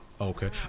Okay